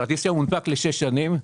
כרטיס שמונפק לשש שנים.